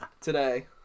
Today